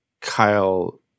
Kyle